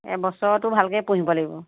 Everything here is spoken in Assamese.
এবছৰটো ভালকে পুহিব লাগিব